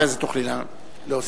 אחרי זה תוכלי להוסיף.